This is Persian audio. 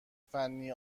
فنی